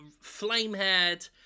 flame-haired